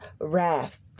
wrath